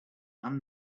and